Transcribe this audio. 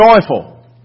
joyful